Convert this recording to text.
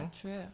true